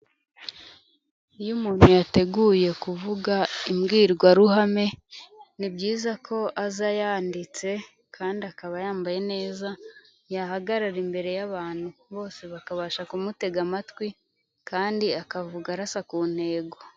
Iyo umuntu yateguye kuvuga imbwirwaruhame, ni byiza ko azayanditse kandi akaba yambaye neza yahagarara imbere y'abantu bose bakabasha kumutega amatwi kandi akavuga arasa ku ntego.